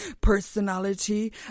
personality